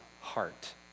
heart